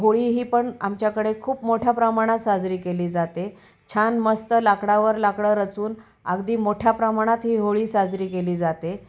होळी ही पण आमच्याकडे खूप मोठ्या प्रमाणात साजरी केली जाते छान मस्त लाकडावर लाकडं रचून अगदी मोठ्या प्रमाणात ही होळी साजरी केली जाते